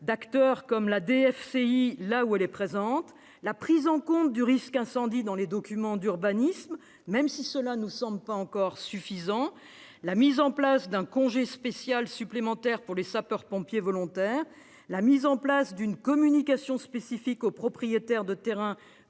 d'acteurs comme la DFCI là où elle est présente ; la prise en compte du risque incendie dans les documents d'urbanisme, même si ce qui est prévu ne nous semble pas encore suffisant ; l'instauration d'un congé spécial supplémentaire pour les sapeurs-pompiers volontaires ; la mise en place d'une communication spécifique aux propriétaires de terrains